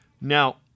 Now